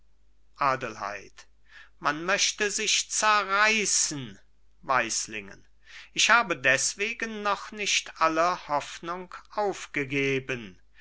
adelheid man möchte sich zerreißen weislingen ich habe deswegen noch nicht alle hoffnung aufgegeben